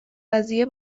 قضیه